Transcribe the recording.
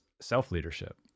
self-leadership